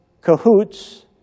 cahoots